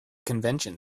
convention